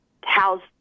house